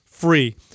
free